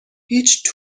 هیچ